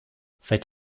seit